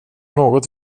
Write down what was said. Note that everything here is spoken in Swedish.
något